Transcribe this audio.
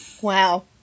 Wow